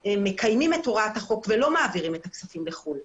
מקיימים את הוראת החוק ולא מעבירים את הכספים לחוץ לארץ